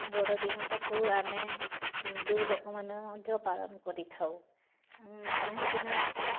ବଡ଼ଦିନଟାକୁ ଆମେ ହିନ୍ଦୁ ଲୋକମାନେ ମଧ୍ୟ ପାଳନ କରିଥାଉ କାହିଁକିନା